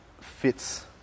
fits